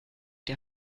der